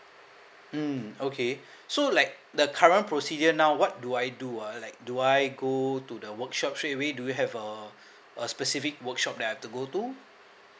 mm okay so like the current procedure now what do I do ah do I go to the workshop straightaway do you have a a specific workshop that I've to go to